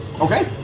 Okay